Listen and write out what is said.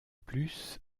plus